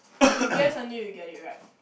you guess until you get it right